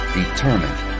determined